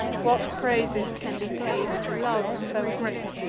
what praises can be paid to love so great,